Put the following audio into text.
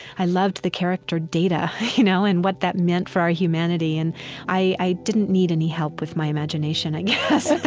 i loved the character data you know and what that meant for our humanity. and i i didn't need any help with my imagination, i guess.